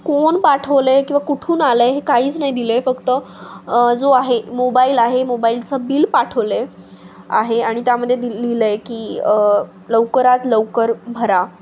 कोण पाठवलं आहे किंवा कुठून आलं आहे हे काहीच नाही दिलं आहे फक्त जो आहे मोबाईल आहे मोबाईलचं बिल पाठवलं आहे आहे आणि त्यामध्ये दि लिहिलं आहे की लवकरात लवकर भरा